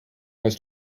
was